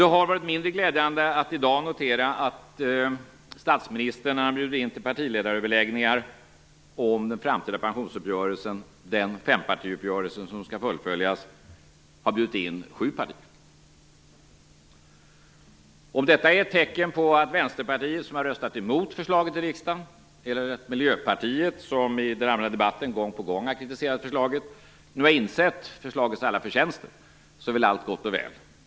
Det har varit mindre glädjande att i dag notera att statsministern till partiledaröverläggningar om den framtida pensionsuppgörelsen - den fempartiuppgörelse som skall fullföljas - har bjudit in sju partier. Om detta är ett tecken på att Vänsterpartiet, som har röstat emot förslaget i riksdagen, eller på att Miljöpartiet, som i den allmänna debatten gång på gång har kritiserat förslaget, nu har insett förslagets alla förtjänster så är väl allt gott och väl.